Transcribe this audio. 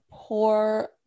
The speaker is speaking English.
poor